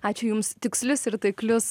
ačiū jums tikslius ir taiklius